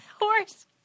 Horse